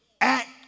act